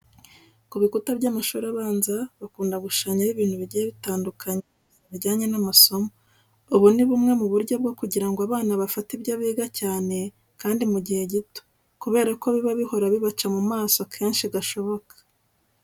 Ku bikuta by'amashuri abanza bakunda gushushanyaho ibintu bigiye bitandukanye gusa bijyanye n'amasomo. Ubu ni bumwe mu buryo bwo kugira ngo abana bafate ibyo biga cyane kandi mu gihe gito kubera ko biba bihora bibaca mu maso kenshi gashoboka.